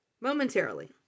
momentarily